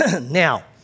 Now